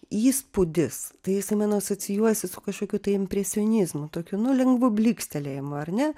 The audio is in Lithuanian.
įspūdis tai jisai manau asocijuojasi su kažkokiu tai impresionizmu tokiu nu lengvu blykstelėjimu ar ne